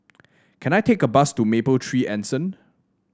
can I take a bus to Mapletree Anson